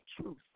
truth